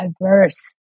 diverse